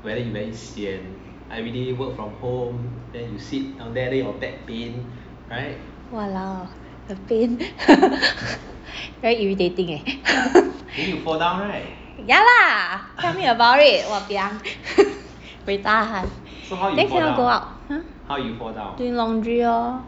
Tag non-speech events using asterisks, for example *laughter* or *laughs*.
!walao! the pain *laughs* very irritating leh *laughs* ya lah tell me about it !wahpiang! buay tahan then cannot go out !huh! doing laundry lor